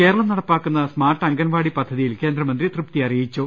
കേരളം നടപ്പാക്കുന്ന സ്മാർട്ട് അംഗൻവാടി പദ്ധതിയിൽ കേന്ദ്രമന്ത്രി തൃപ്തി അറിയിച്ചു